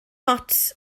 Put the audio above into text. ots